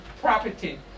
property